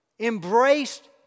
embraced